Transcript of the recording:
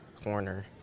corner